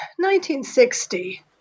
1960